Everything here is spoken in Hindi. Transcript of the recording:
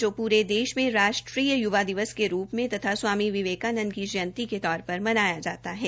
जो पूरे देश मे राष्ट्रीय य्वा दिवस के रूप में तथा स्वामी विवेकानंद की जयंती के तौर पर मनाया जाता है